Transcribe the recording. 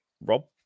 Rob